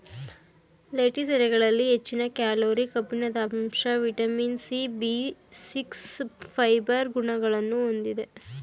lettuce ಎಲೆಗಳಲ್ಲಿ ಹೆಚ್ಚಿನ calorie, ಕಬ್ಬಿಣದಂಶ, vitamin C, B six, fibre ಗುಣಗಳನ್ನು ಹೊಂದಿದೆ